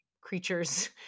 creatures